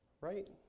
right